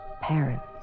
parents